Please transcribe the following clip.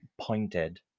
pointed